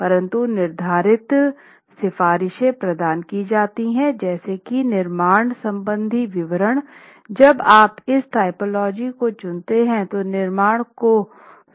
परंतु निर्धारित सिफारिशें प्रदान की जाती हैं जैसे कि निर्माण संबंधी विवरण जब आप इस टाइपोलॉजी को चुनते हैं तो निर्माण को संबोधित किया जाता है